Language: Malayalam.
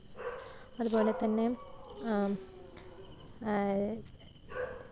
അതുപോലെ തന്നെ